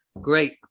great